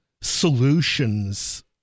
solutions